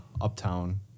uptown